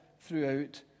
throughout